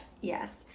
Yes